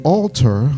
altar